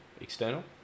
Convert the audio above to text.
External